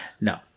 No